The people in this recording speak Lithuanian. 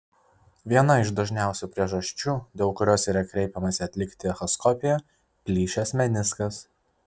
viena iš dažniausių priežasčių dėl kurios yra kreipiamasi atlikti echoskopiją plyšęs meniskas